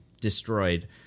destroyed